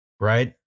Right